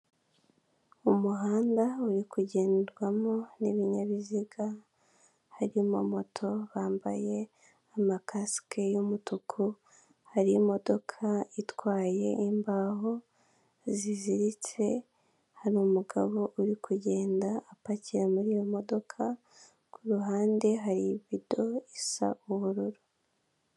Umuhanda uri kugendwamo n'ibinyabiziga, harimo moto bambaye amakasike y'umutuku, hari imodoka itwaye imbaho ziziritse, hari umugabo uri kugenda apakira muri iyo modoka, ku ruhande hari ibido isa ubururu.